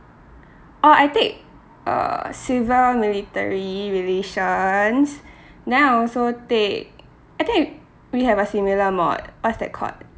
oh I take uh civil military relations then I also take I think we have a similar mod what is that called